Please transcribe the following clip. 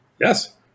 Yes